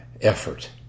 effort